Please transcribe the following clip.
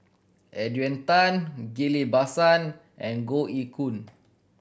Adrian Tan Ghillie Basan and Goh Ee Choo